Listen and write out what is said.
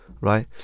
Right